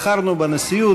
בחרנו בנשיאות,